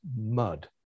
mud